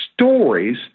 stories